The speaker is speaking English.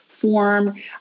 form